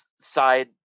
side